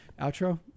Outro